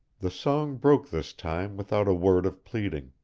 the song broke this time without a word of pleading.